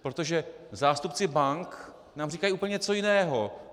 Protože zástupci bank nám říkají úplně něco jiného.